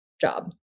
job